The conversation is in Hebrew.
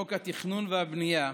לחוק התכנון והבנייה,